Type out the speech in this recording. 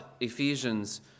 Ephesians